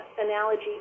analogy